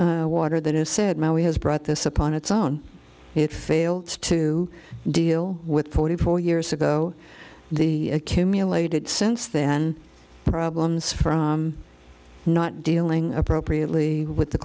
federal water that is said now he has brought this upon its own it fails to deal with forty four years ago the accumulated since then problems from not dealing appropriately with the